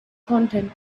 content